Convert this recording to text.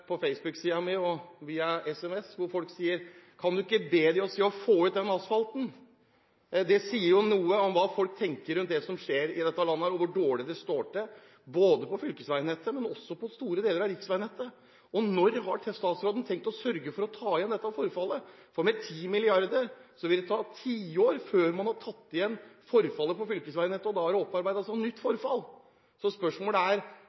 på Facebook-siden min og via SMS. Folk sa: Kan du ikke be dem se å få ut den asfalten? Det sier noe om hva folk tenker om det som skjer i dette landet, og hvor dårlig det står til, både på fylkesveinettet og på store deler av riksveinettet. Når har statsråden tenkt å sørge for å ta igjen dette forfallet? Med 10 mrd. kr vil det ta tiår før man har tatt igjen forfallet på fylkesveinettet. Og da har det opparbeidet seg nytt forfall. 10 mrd. kr er